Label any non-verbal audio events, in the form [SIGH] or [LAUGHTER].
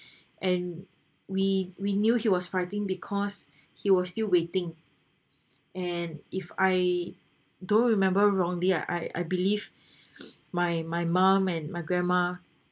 [BREATH] and we we knew he was fighting because he was still waiting and if I don't remember wrongly I I I believe [BREATH] my my mom and my grandma